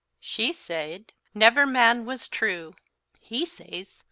she sayde, never man was trewe he sayes,